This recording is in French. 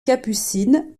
capucines